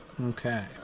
Okay